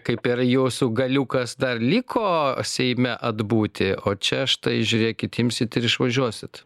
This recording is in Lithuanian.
kaip ir jūsų galiukas dar liko seime atbūti o čia štai žiūrėkit imsit ir išvažiuosit